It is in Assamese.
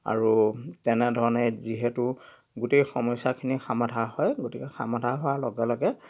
আৰু তেনেধৰণে যিহেতু গোটেই সমস্যাখিনি সমাধান হয় গতিকে সমাধান হোৱাৰ লগে লগে